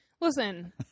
Listen